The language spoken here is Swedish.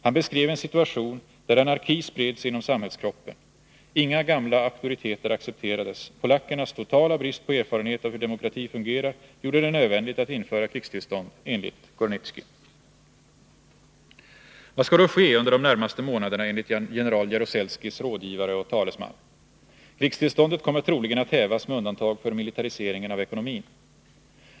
Han beskrev en situation där anarki spred sig inom samhällskroppen. Inga gamla auktoriteter accepterades. Polackernas totala brist på erfarenhet av hur demokrati fungerar gjorde det nödvändigt att införa krigstillstånd, enligt Gornicki. Vad skall då ske under de närmaste månaderna enligt general Jaruzelskis rådgivare och talesman? Krigstillståndet kommer troligen att hävas, med undantag för militariseringen av ekonomin.